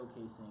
showcasing